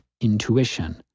intuition